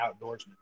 outdoorsman